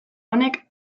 honek